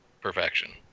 perfection